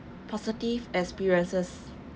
positive experiences